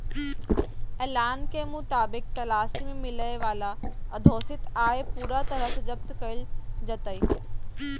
ऐलान के मुताबिक तलाशी में मिलय वाला अघोषित आय पूरा तरह से जब्त कइल जयतय